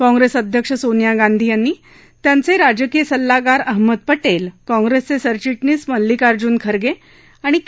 काँप्रेस अध्यक्ष सोनिया गांधी यांनी त्यांचे राजकीय सल्लागार अहमद पटेल काँप्रेसचे सरचिटणीस मल्लिकार्जून खगें आणि के